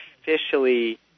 officially